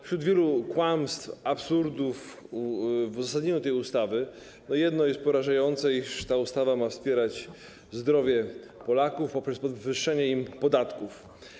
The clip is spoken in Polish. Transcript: Wśród wielu kłamstw, absurdów w uzasadnieniu tej ustawy jedno jest porażające - to, że ta ustawa ma wspierać zdrowie Polaków poprzez podwyższenie im podatków.